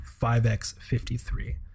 5x53